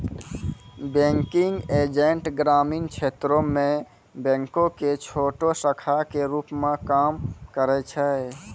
banking agent ग्रामीण क्षेत्रो मे बैंको के छोटो शाखा के रुप मे काम करै छै